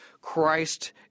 Christ